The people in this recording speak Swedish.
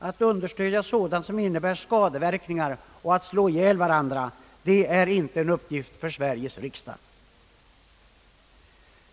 Att understödja sådant som innebär skadeverkningar eller att man slår ihjäl varandra, det är inte en uppgift för Sveriges riksdag.